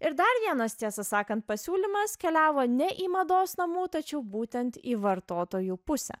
ir dar vienas tiesą sakant pasiūlymas keliavo ne į mados namų tačiau būtent į vartotojų pusę